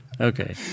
Okay